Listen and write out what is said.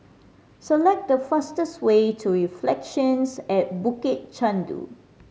select the fastest way to Reflections at Bukit Chandu